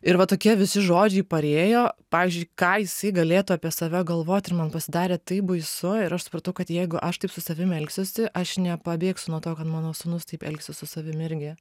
ir va tokie visi žodžiai parėjo pavyzdžiui ką jisai galėtų apie save galvot ir man pasidarė taip baisu ir aš supratau kad jeigu aš taip su savim elgsiuosi aš nepabėgsiu nuo to kad mano sūnus taip elgsis su savimi irgi